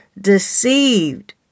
deceived